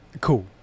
cool